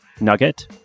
Nugget